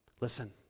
Listen